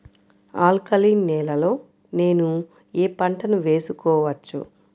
Alkaline నేలలో నేనూ ఏ పంటను వేసుకోవచ్చు?